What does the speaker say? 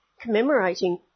commemorating